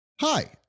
Hi